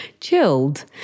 chilled